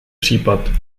případ